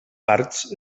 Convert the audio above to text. parts